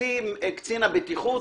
יוציא קצין הבטיחות